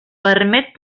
permet